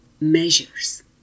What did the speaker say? measures